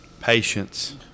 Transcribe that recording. Patience